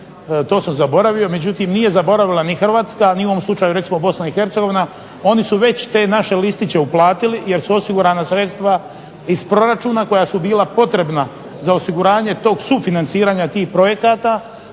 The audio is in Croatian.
To sam zaboravio. Međutim nije zaboravila ni Hrvatska, ni u ovom slučaju recimo Bosna i Hercegovina. Oni su već te naše listiće uplatili, jer su osigurana sredstva iz proračuna, koja su bila potrebna za osiguranje tog sufinanciranja tih projekata,